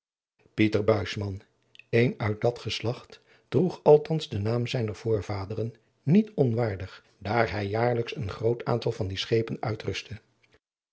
een uit dat geslacht droeg althans den naam zijner voorvaderen niet onwaardig daar hij jaarlijks een groot aantal van die schepen uitrustte